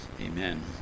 Amen